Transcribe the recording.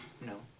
No